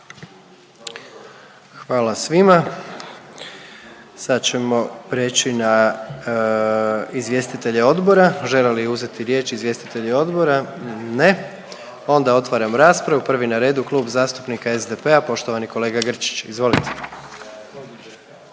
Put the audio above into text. Hvala svima. Sad ćemo preći na izvjestitelje odbora, žele li uzeti riječ izvjestitelji odbora? Ne. Onda otvaram raspravu, prvi na redu Klub zastupnika SDP-a, poštovani kolega Grčić, izvolite.